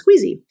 squeezy